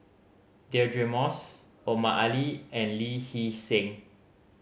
Deirdre Moss Omar Ali and Lee Hee Seng